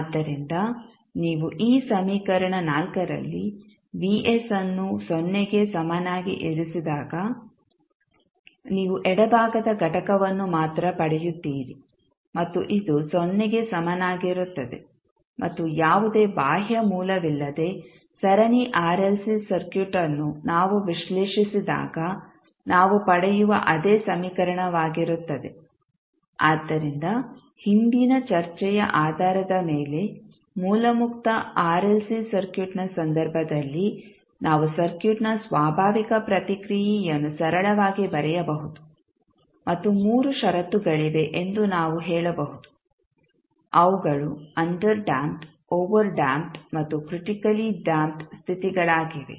ಆದ್ದರಿಂದ ನೀವು ಈ ಸಮೀಕರಣ ರಲ್ಲಿ Vs ಅನ್ನು ಸೊನ್ನೆಗೆ ಸಮನಾಗಿ ಇರಿಸಿದಾಗ ನೀವು ಎಡಭಾಗದ ಘಟಕವನ್ನು ಮಾತ್ರ ಪಡೆಯುತ್ತೀರಿ ಮತ್ತು ಇದು ಸೊನ್ನೆಗೆ ಸಮನಾಗಿರುತ್ತದೆ ಮತ್ತು ಯಾವುದೇ ಬಾಹ್ಯ ಮೂಲವಿಲ್ಲದೆ ಸರಣಿ ಆರ್ಎಲ್ಸಿ ಸರ್ಕ್ಯೂಟ್ ಅನ್ನು ನಾವು ವಿಶ್ಲೇಷಿಸಿದಾಗ ನಾವು ಪಡೆಯುವ ಅದೇ ಸಮೀಕರಣವಾಗಿರುತ್ತದೆ ಆದ್ದರಿಂದ ಹಿಂದಿನ ಚರ್ಚೆಯ ಆಧಾರದ ಮೇಲೆ ಮೂಲ ಮುಕ್ತ ಆರ್ಎಲ್ಸಿ ಸರ್ಕ್ಯೂಟ್ನ ಸಂದರ್ಭದಲ್ಲಿ ನಾವು ಸರ್ಕ್ಯೂಟ್ನ ಸ್ವಾಭಾವಿಕ ಪ್ರತಿಕ್ರಿಯೆಯನ್ನು ಸರಳವಾಗಿ ಬರೆಯಬಹುದು ಮತ್ತು ಮೂರು ಷರತ್ತುಗಳಿವೆ ಎಂದು ನಾವು ಹೇಳಬಹುದು ಅವುಗಳು ಅಂಡರ್ ಡ್ಯಾಂಪ್ಡ್ ಓವರ್ ಡ್ಯಾಂಪ್ಡ್ ಮತ್ತು ಕ್ರಿಟಿಕಲಿ ಡ್ಯಾಂಪ್ಡ್ ಸ್ಥಿತಿಗಳಾಗಿವೆ